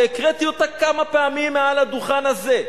והקראתי אותה כמה פעמים מעל הדוכן הזה,